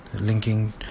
linking